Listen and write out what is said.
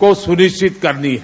को सुनिश्चित करनी है